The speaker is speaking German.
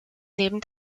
neben